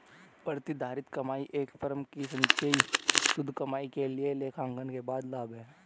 प्रतिधारित कमाई एक फर्म की संचयी शुद्ध कमाई के लिए लेखांकन के बाद लाभ है